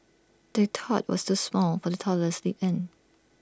the top was too small for the toddler sleep in